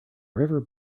river